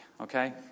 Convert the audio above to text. okay